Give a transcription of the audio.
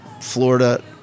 Florida